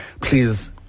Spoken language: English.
please